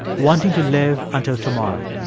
wanting to live until tomorrow.